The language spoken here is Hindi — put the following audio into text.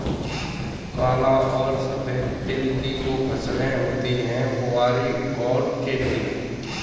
काला और सफेद तिल की दो फसलें होती है कुवारी और चैती